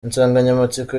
insanganyamatsiko